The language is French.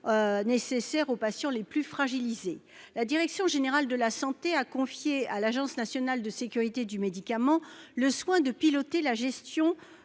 nécessaires aux patients les plus fragiles. La direction générale de la santé a confié à l'Agence nationale de sécurité du médicament et des produits de